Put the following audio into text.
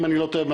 אם אני לא טועה,